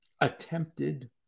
attempted